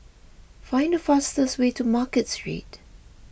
find the fastest way to Market Street